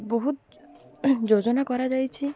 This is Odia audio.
ବହୁତ ଯୋଜନା କରାଯାଇଛି